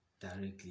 directly